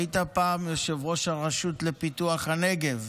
היית פעם יושב-ראש הרשות לפיתוח הנגב